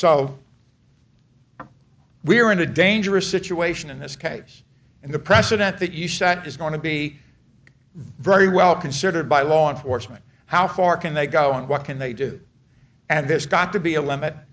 so we're in a dangerous situation in this case and the precedent that you cite is going to be very well considered by law enforcement how far can they go and what can they do and there's got to be a limit